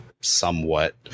somewhat